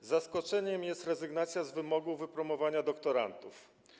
zaskoczeniem jest rezygnacja z wymogu wypromowania doktorantów.